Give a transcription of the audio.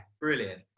brilliant